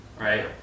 right